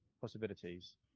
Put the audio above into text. possibilities